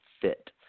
fit